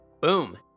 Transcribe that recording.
Boom